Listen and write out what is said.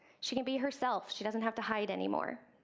she can be herself, she doesn't have to hide anymore.